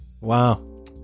Wow